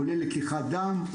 כולל לקיחת דם,